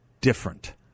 different